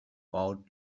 about